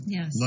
Yes